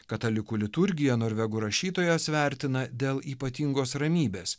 katalikų liturgiją norvegų rašytojas vertina dėl ypatingos ramybės